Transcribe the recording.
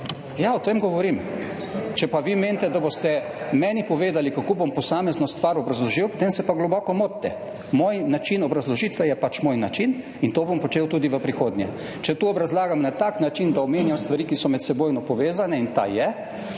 Ja, o tem govorim. Če pa vi menite, da boste meni povedali, kako bom posamezno stvar obrazložil, potem se pa globoko motite. Moj način obrazložitve je pač moj način in to bom počel tudi v prihodnje. Če to obrazlagam na tak način, da omenjam stvari, ki so medsebojno povezane, in ta je,